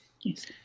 Yes